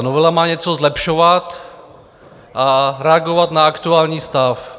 Novela má něco zlepšovat a reagovat na aktuální stav.